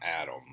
Adam